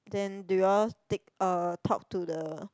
then do you all take um talk to the